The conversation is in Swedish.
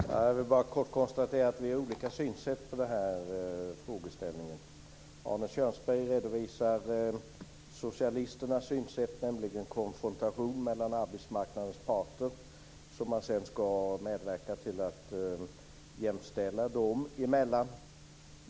Fru talman! Jag vill bara kort konstatera att vi har olika synsätt i denna fråga. Arne Kjörnsberg redovisar socialisternas synsätt, nämligen konfrontation mellan arbetsmarknadens parter som man sedan ska medverka till att jämställa.